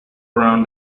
around